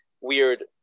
weird